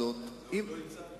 אותנו לא צריכים במשחק.